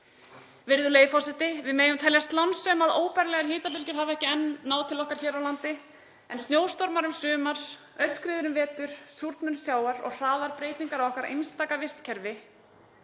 Við megum teljast lánsöm að óbærilegar hitabylgjur hafi ekki enn náð til okkar hér á landi en snjóstormar um sumar, aurskriður um vetur, súrnun sjávar og hraðar breytingar á okkar einstaka vistkerfi